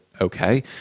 okay